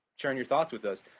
sharing your thoughts with us.